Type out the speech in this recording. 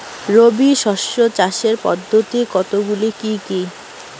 রবি শস্য চাষের পদ্ধতি কতগুলি কি কি?